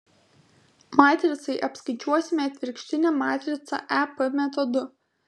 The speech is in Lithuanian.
matricai apskaičiuosime atvirkštinę matricą ep metodu